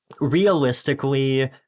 realistically